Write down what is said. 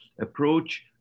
approach